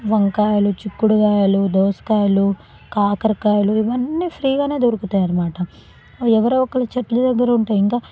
వంకాయలు చిక్కుడుకాయలు దోసకాయలు కాకరకాయలు ఇవన్నీ ఫ్రీగానే దొరుకుతాయన్నమాట అవి ఎవరో ఒకరి చెట్లు దగ్గర ఉంటాయి ఇంకా